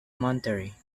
monterey